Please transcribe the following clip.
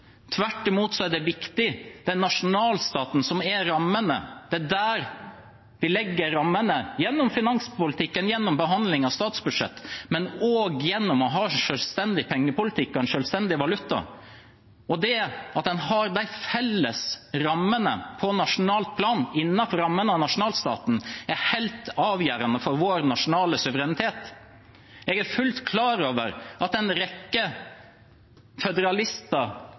Tvert imot er det viktig at det er nasjonalstaten som er rammene. Det er der vi legger rammene, gjennom finanspolitikken, gjennom behandling av statsbudsjett, men også gjennom å ha en selvstendig pengepolitikk og en selvstendig valuta. Det at en har de felles rammene på nasjonalt plan, innenfor rammene av nasjonalstaten, er helt avgjørende for vår nasjonale suverenitet. Jeg er fullt klar over at det er en rekke føderalister